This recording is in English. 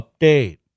update